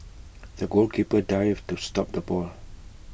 the goalkeeper dived to stop the ball